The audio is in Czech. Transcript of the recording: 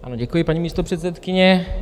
Ano, děkuji paní místopředsedkyně.